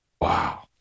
Wow